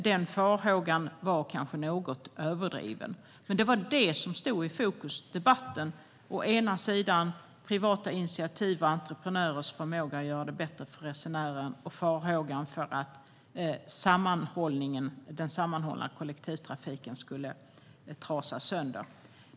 Den farhågan var kanske något överdriven. Men det var detta som stod i fokus i debatten - å ena sidan privata initiativ och entreprenörers förmåga att göra det bättre för resenären, å andra sidan farhågan för att den sammanhållna kollektivtrafiken skulle trasas sönder.